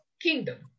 kingdom